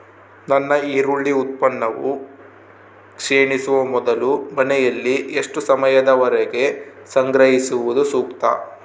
ನನ್ನ ಈರುಳ್ಳಿ ಉತ್ಪನ್ನವು ಕ್ಷೇಣಿಸುವ ಮೊದಲು ಮನೆಯಲ್ಲಿ ಎಷ್ಟು ಸಮಯದವರೆಗೆ ಸಂಗ್ರಹಿಸುವುದು ಸೂಕ್ತ?